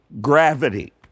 gravity